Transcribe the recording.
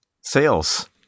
sales